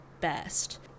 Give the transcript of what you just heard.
best